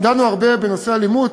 דנו הרבה בנושא האלימות,